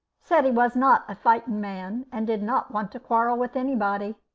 said he was not a fighting man, and did not want to quarrel with anybody.